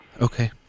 Okay